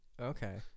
Okay